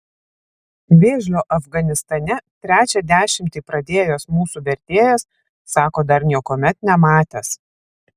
vėžlio afganistane trečią dešimtį pradėjęs mūsų vertėjas sako dar niekuomet nematęs